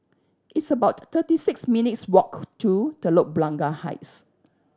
it's about thirty six minutes' walk to Telok Blangah Heights